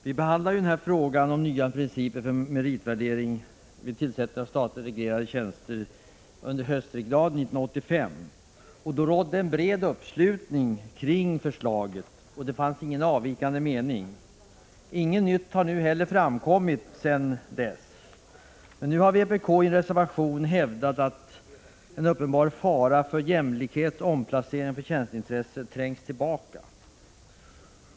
Herr talman! Vi behandlade frågan om nya principer för meritvärdering vid tillsättning av statligt reglerade tjänster under höstriksdagen 1985. Då rådde en bred uppslutning kring förslaget. Det fanns ingen avvikande mening. Inget nytt har heller framkommit sedan dess, men nu har vpk i reservation hävdat att det är en uppenbar fara för att jämlikhets-, omplaceringsoch förtjänstintresset trängs tillbaka.